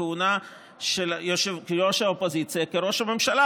בכהונה של ראש האופוזיציה כראש הממשלה.